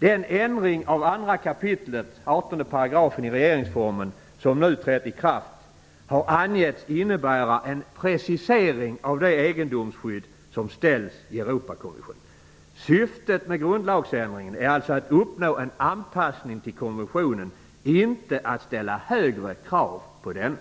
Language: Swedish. Den ändring av 2 kap. 18 § i regeringsformen som nu trätt i kraft har angetts innebära en precisering av det egendomsskydd som ställs i Europakonventionen. Syftet med grundlagsändringen är alltså att uppnå en anpassning till konventionen, inte att ställa högre krav på denna.